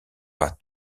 pas